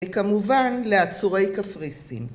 ‫וכמובן, לעצורי כפריסין.